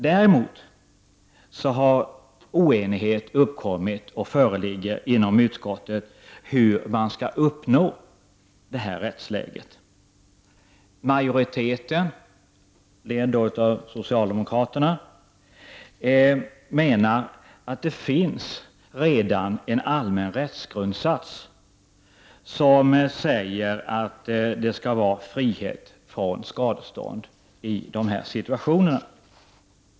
Däremot har oenighet uppkommit och föreligger inom utskottet när det gäller hur man skall uppnå det här rättsläget. Majoriteten, ledd av socialdemokraterna, menar att det finns redan en allmän rättsgrundsats som säger att det skall vara frihet från skadestånd i dessa situationer.